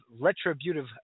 retributive